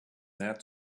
that